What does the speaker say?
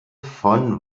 von